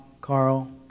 Carl